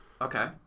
Okay